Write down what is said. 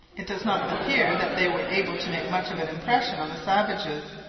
it does not appear that they were able to make much of an impression on the savages,